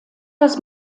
das